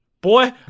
Boy